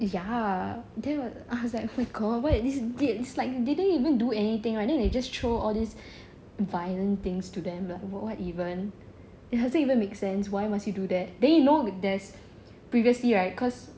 ya then I was like oh my god why is it it's like they didn't even do anything right then they just throw all these violent things to them like what even it doesn't even make sense why must you do that then you know there's previously right cause